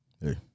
hey